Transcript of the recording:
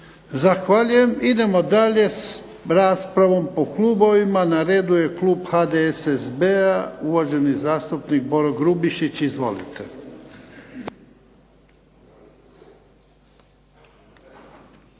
Zahvaljujem. Idemo dalje s raspravom po klubovima. Na redu je klub HDSSB-a, uvaženi zastupnik Boro Grubišić. Izvolite.